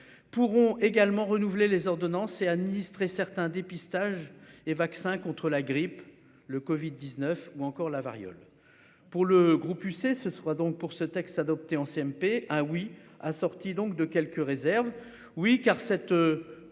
pourront également renouveler les ordonnances et administrer certains dépistage et vaccins contre la grippe. Le Covid-19 ou encore la variole. Pour le groupe UC se soit donc pour ce texte, adopté en CMP ah oui sorti donc de quelques réserves. Oui, car cette.